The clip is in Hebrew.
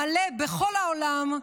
מלא, בכל העולם,